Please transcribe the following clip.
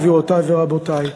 גבירותי ורבותי.